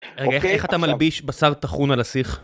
רגע, איך אתה מלביש בשר טחון על הסיח?